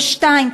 ו-2.